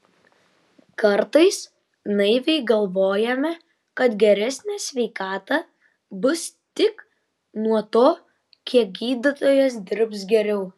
kartais naiviai galvojame kad geresnė sveikata bus tik nuo to kiek gydytojas dirbs geriau